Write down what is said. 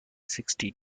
sixty